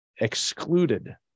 excluded